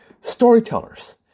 storytellers